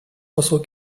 посол